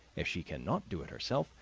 if she can not do it herself,